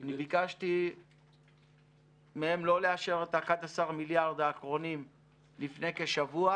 אני ביקשתי מהם לא לאשר את 11 המיליארד האחרונים לפני כשבוע